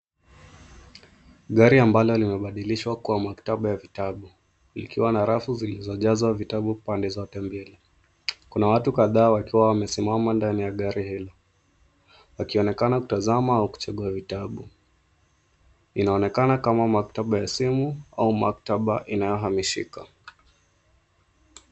Gari ambalo limebadilishwa kuwa maktaba ya vitabu. Ikiwa na rafu zilizojazwa vitabu pande zote mbili. Kuna watu kadhaa wakiwa wamesimama ndani ya gari hili, wakionekana kutazama au kuchagua vitabu. Inaonekana kama maktaba ya simu au maktaba inayohamishika.